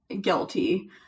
guilty